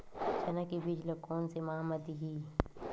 चना के बीज ल कोन से माह म दीही?